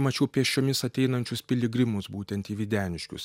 mačiau pėsčiomis ateinančius piligrimus būtent į videniškius